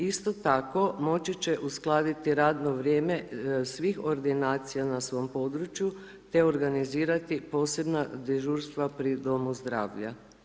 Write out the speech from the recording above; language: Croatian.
Isto tako moći će uskladiti radno vrijeme svih ordinacija na svom području te organizirati posebna dežurstva pri domu zdravlja.